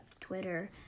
Twitter